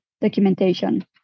documentation